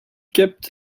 kept